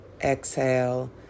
exhale